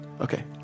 Okay